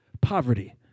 poverty